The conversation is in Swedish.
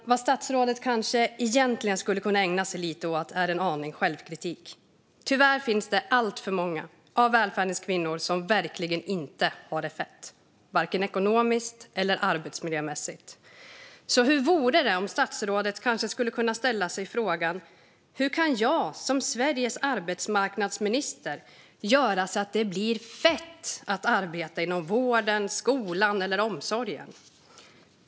Statsrådet skulle kanske egentligen kunna ägna sig lite åt en aning självkritik. Tyvärr finns det alltför många av välfärdens kvinnor som verkligen inte har det fett, varken ekonomiskt eller arbetsmiljömässigt. Statsrådet kanske kunde fråga sig: Hur kan jag som Sveriges arbetsmarknadsminister göra så att det blir fett att arbeta inom vården, skolan eller omsorgen?